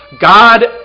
God